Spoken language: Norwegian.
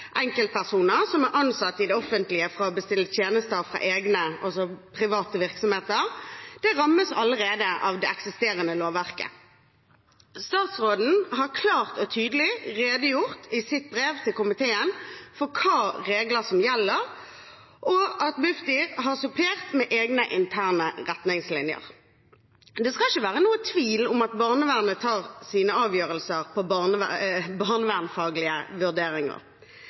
enkeltpersoner som er ansatt i det offentlige, fra å bestille tjenester fra egne private virksomheter, rammes allerede av det eksisterende lovverket. Statsråden har i sitt brev til komiteen klart og tydelig redegjort for hvilke regler som gjelder, og at Bufdir har supplert med egne interne retningslinjer. Det skal ikke være noen tvil om at barnevernet tar sine avgjørelser etter barnevernfaglige vurderinger.